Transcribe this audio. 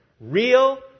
Real